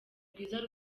rwiza